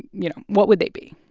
you know, what would they be?